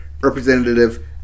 Representative